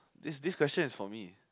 this this question is for me